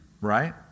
right